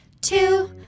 Two